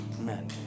men